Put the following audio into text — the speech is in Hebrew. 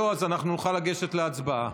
לא, אז אנחנו נוכל לגשת להצבעה.